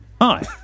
Hi